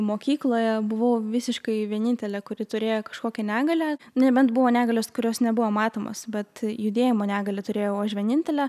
mokykloje buvau visiškai vienintelė kuri turėjo kažkokią negalią nebent buvo negalios kurios nebuvo matomos bet judėjimo negalią turėjau aš vienintelė